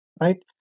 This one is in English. right